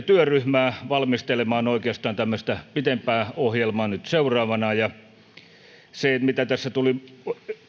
työryhmän valmistelemaan oikeastaan tämmöistä pidempää ohjelmaa nyt seuraavana kuten tässä tuli